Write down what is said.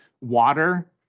water